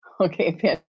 Okay